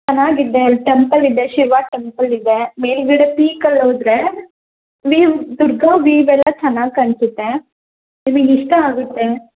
ಚೆನ್ನಾಗಿದೆ ಅಲ್ಲಿ ಟೆಂಪಲ್ ಇದೆ ಶಿವ ಟೆಂಪಲ್ ಇದೇ ಮೇಲುಗಡೆ ಪೀಕಲ್ಲಿ ಹೋದ್ರೆ ವೀವ್ ದುರ್ಗ ವೀವ್ ಎಲ್ಲ ಚೆನ್ನಾಗಿ ಕಾಣಿಸುತ್ತೆ ನಿಮಿಗೆ ಇಷ್ಟ ಆಗುತ್ತೆ